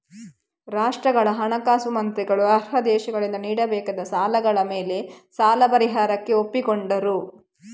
ರಾಷ್ಟ್ರಗಳ ಹಣಕಾಸು ಮಂತ್ರಿಗಳು ಅರ್ಹ ದೇಶಗಳಿಂದ ನೀಡಬೇಕಾದ ಸಾಲಗಳ ಮೇಲಿನ ಸಾಲ ಪರಿಹಾರಕ್ಕೆ ಒಪ್ಪಿಕೊಂಡರು